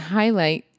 highlight